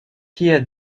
kie